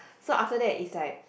so after that it's like